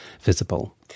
visible